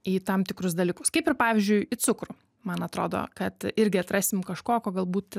į tam tikrus dalykus kaip ir pavyzdžiui į cukrų man atrodo kad irgi atrasim kažko ko galbūt